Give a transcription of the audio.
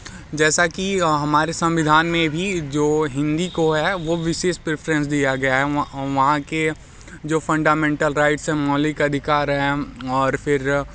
जैसा की हमारे संविधान में भी जो हिंदी को है वो विशेष प्रिफ़रेंस दिया गया है व वहाँ के जो फ़ंडामेंटल राइट्स हैं मौलिक अधिकार हैं और फिर